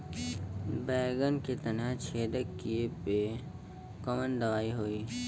बैगन के तना छेदक कियेपे कवन दवाई होई?